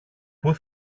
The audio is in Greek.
πού